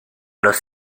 los